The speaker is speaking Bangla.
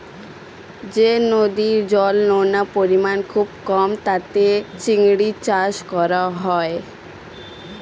যে নদীর জলে নুনের পরিমাণ খুবই কম তাতে চিংড়ির চাষ করা হয়